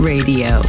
Radio